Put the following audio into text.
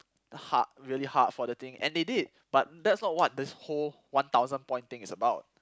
hard really hard for the thing and they did but that's not what this whole one thousand point thing is about